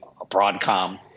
Broadcom